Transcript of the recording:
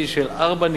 חבר הכנסת מולה,